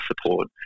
support